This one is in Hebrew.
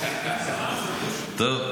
טוב.